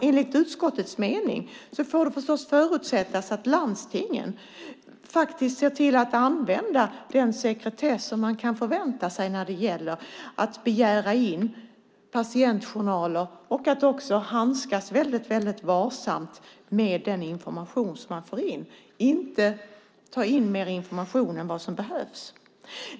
Enligt utskottets mening får det förutsättas att landstingen ser till att använda den sekretess som man kan förvänta sig när det gäller att begära in patientjournaler och att man handskas varsamt med den information man får in. Man ska inte ta in mer information än vad som behövs.